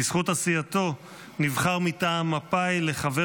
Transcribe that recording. בזכות עשייתו נבחר מטעם מפא"י לחבר